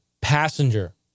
passenger